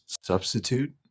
substitute